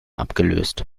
abgelöst